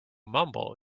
mumble